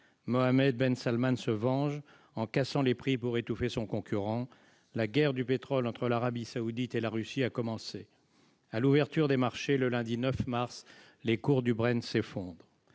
Mohammed ben Salmane se venge en cassant les prix pour étouffer son concurrent : la guerre du pétrole entre l'Arabie saoudite et la Russie a commencé. À l'ouverture des marchés, le lundi 9 mars, les cours du Brent s'effondrent.